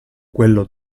quello